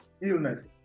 illness